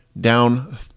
down